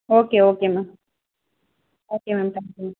okay okay ma'am okay ma'am thank you ma'am